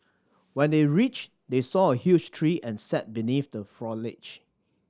when they reached they saw a huge tree and sat beneath the foliage